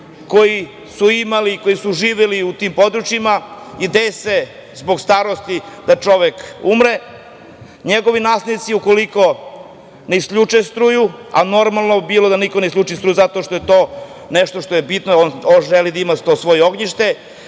koji su imali, koji su živeli u tim područjima i desi se zbog starosti da čovek umre njegovi naslednici ukoliko ne isključe struju, a normalno bi bilo da niko ne isključi struju, zato što je to nešto što je bitno, on želi da ima to svoje ognjište,